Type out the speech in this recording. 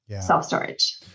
self-storage